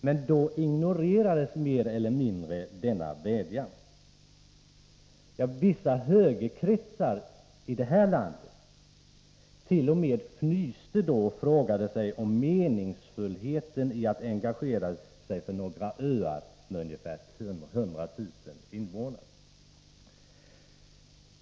Men då ignorerades mer eller mindre denna vädjan. Vissa högerkretsar i det här landet till och med fnyste och frågade om meningsfullheten i att engagera sig för några öar på ungefär 100 000 invånare.